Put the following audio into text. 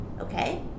Okay